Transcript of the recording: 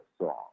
song